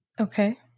Okay